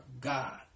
God